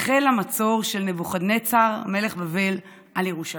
החל המצור של נבוכדנצר מלך בבל על ירושלים.